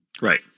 Right